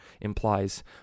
implies